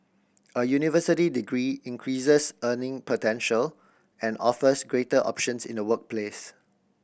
a university degree increases earning potential and offers greater options in the workplace